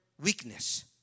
weakness